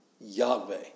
Yahweh